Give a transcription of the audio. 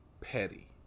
petty